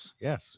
yes